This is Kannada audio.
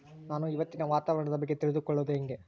ನಾನು ಇವತ್ತಿನ ವಾತಾವರಣದ ಬಗ್ಗೆ ತಿಳಿದುಕೊಳ್ಳೋದು ಹೆಂಗೆ?